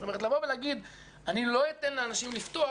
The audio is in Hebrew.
או לבוא ולהגיד "אני לא אתן לאנשים לפתוח".